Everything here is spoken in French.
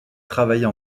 travaillait